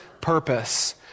purpose